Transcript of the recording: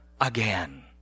again